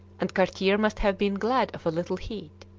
and cartier must have been glad of a little heat.